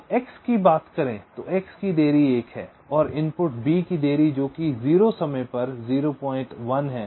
अब x की बात करें x की देरी 1 है और इनपुट b की देरी जो कि 0 समय पर 01 है